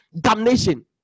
damnation